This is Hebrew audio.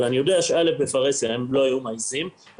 אבל אני יודע שהם לא היו מעזים בפרהסיה,